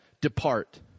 depart